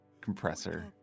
compressor